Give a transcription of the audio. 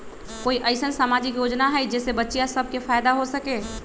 कोई अईसन सामाजिक योजना हई जे से बच्चियां सब के फायदा हो सके?